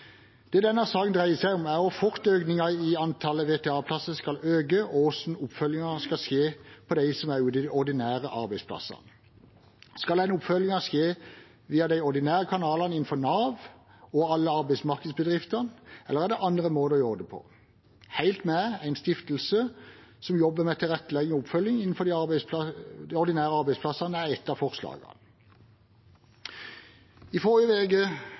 Det denne saken dreier seg om, er hvor fort antallet VTA-plasser skal øke, og hvordan oppfølgingen skal skje for dem som er ute i ordinære virksomheter. Skal den oppfølgingen skje via de ordinære kanalene innenfor Nav og alle arbeidsmarkedsbedriftene, eller er det andre måter å gjøre det på? Helt Med, en stiftelse som jobber med tilrettelegging og oppfølging innenfor de ordinære virksomhetene, er et av